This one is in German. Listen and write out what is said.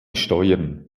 steuern